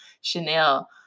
Chanel